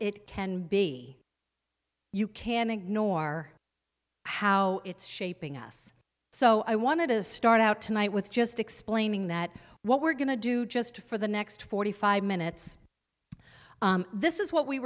it can be you can ignore how it's shaping us so i wanted to start out tonight with just explaining that what we're going to do just for the next forty five minutes this is what we